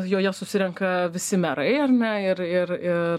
joje susirenka visi merai ar ne ir ir ir